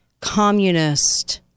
communist